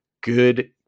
Good